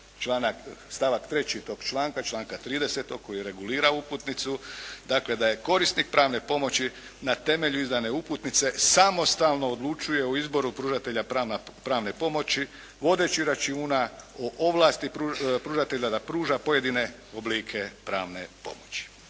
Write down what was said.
stavak 3. toga članka, članka 30. koji regulira uputnicu. Dakle, da je korisnik pravne pomoći na temelju izdane uputnice samostalno odlučuje o izboru pružatelja pravne pomoći vodeći računa o ovlasti pružatelja da pruža pojedine oblike pravne pomoći.